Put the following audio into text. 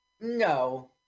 no